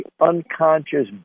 unconscious